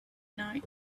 night